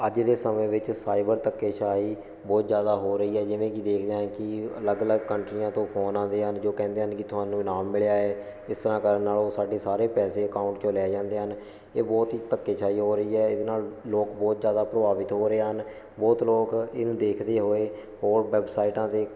ਅੱਜ ਦੇ ਸਮੇਂ ਵਿੱਚ ਸਾਈਬਰ ਧੱਕੇਸ਼ਾਹੀ ਬਹੁਤ ਜ਼ਿਆਦਾ ਹੋ ਰਹੀ ਹੈ ਜਿਵੇਂ ਕਿ ਦੇਖਦੇ ਹਾਂ ਕਿ ਅਲੱਗ ਅਲੱਗ ਕੰਟਰੀਆਂ ਤੋਂ ਫੋਨ ਆਉਂਦੇ ਹਨ ਜੋ ਕਹਿੰਦੇ ਹਨ ਕਿ ਤੁਹਾਨੂੰ ਇਨਾਮ ਮਿਲਿਆ ਹੈ ਇਸ ਤਰ੍ਹਾਂ ਕਰਨ ਨਾਲ ਉਹ ਸਾਡੇ ਸਾਰੇ ਪੈਸੇ ਅਕਾਊਂਟ 'ਚੋਂ ਲੈ ਜਾਂਦੇ ਹਨ ਇਹ ਬਹੁਤ ਹੀ ਧੱਕੇਸ਼ਾਹੀ ਹੋ ਰਹੀ ਹੈ ਇਹਦੇ ਨਾਲ਼ ਲੋਕ ਬਹੁਤ ਜ਼ਿਆਦਾ ਪ੍ਰਭਾਵਿਤ ਹੋ ਰਹੇ ਹਨ ਬਹੁਤ ਲੋਕ ਇਹਨੂੰ ਦੇਖਦੇ ਹੋਏ ਹੋਰ ਵੈਬਸਾਈਟਾਂ 'ਤੇ